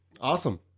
Awesome